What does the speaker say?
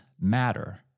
matter